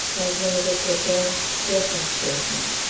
as one of its advanced dressing stations.